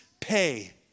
pay